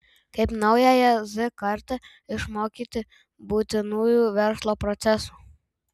kaip naująją z kartą išmokyti būtinųjų verslo procesų